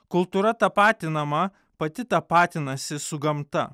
kultūra tapatinama pati tapatinasi su gamta